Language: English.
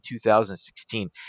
2016